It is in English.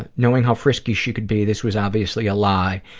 and knowing how frisky she could be, this was obviously a lie,